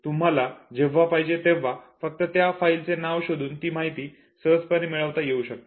ज्यामुळे तुम्हाला जेव्हा पाहिजे तेव्हा फक्त त्या फाईलचे नाव शोधून ती माहिती सहजपणे मिळविता येऊ शकते